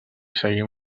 seguim